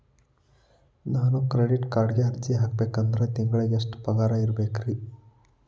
ನಾನು ಕ್ರೆಡಿಟ್ ಕಾರ್ಡ್ಗೆ ಅರ್ಜಿ ಹಾಕ್ಬೇಕಂದ್ರ ತಿಂಗಳಿಗೆ ಎಷ್ಟ ಪಗಾರ್ ಇರ್ಬೆಕ್ರಿ?